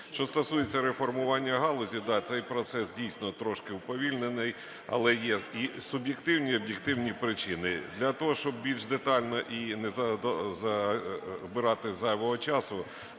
Що стосується реформування галузі. Да, цей процес дійсно трошки уповільнений, але є і суб'єктивні, і об'єктивні причини. Для того, щоб більш детально і не забирати зайвого часу,